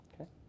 Okay